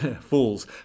Fools